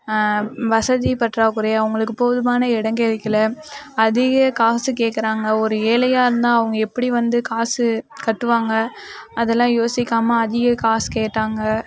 வசதி பற்றாக்குறை அவங்களுக்கு போதுமான இடம் கிடைக்கல அதிக காசு கேட்குறாங்க ஒரு ஏழையாக இருந்தால் அவங்க எப்படி வந்து காசு கட்டுவாங்க அதெல்லாம் யோசிக்காமல் அதிக காசு கேட்டாங்க